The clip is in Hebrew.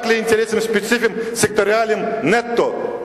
רק לאינטרסים ספציפיים סקטוריאליים נטו.